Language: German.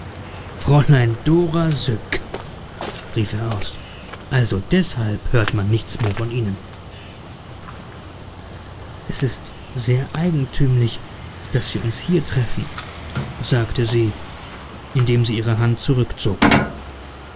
fräulein dora syk rief er aus also deshalb hört man nichts mehr von ihnen es ist sehr eigentümlich daß wir uns hier treffen sagte sie indem sie ihre hand zurückzog